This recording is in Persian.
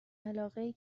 علاقهای